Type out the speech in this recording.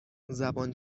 زبان